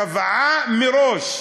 קבעה מראש,